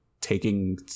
taking